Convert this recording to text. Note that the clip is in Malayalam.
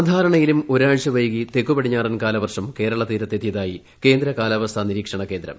സാധാരണയിലും ഒരാഴ്ച ക്ലൈകി തെക്കുപടിഞ്ഞാറൻ കാലവർഷം കേരള തീരത്തിലെത്തിയ്ക്കായി കേന്ദ്ര കാലാവസ്ഥാനിരീക്ഷണകേന്ദ്രം